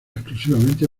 exclusivamente